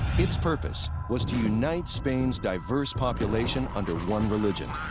its purpose was to unite spain's diverse population under one religion